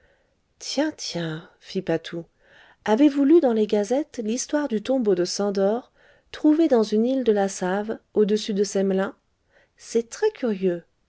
comtale tiens tiens fit patou avez vous lu dans les gazettes l'histoire du tombeau de szandor trouvé dans une île de la save au-dessus de semlin c'est très curieux